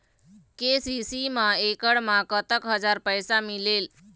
KCC मा एकड़ मा कतक हजार पैसा मिलेल?